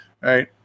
Right